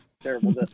terrible